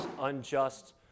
unjust